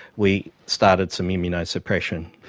we started some immunosuppression.